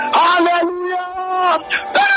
hallelujah